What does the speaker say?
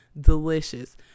delicious